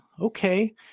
okay